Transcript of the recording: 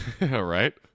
Right